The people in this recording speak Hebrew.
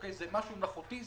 זה משהו מלאכותי,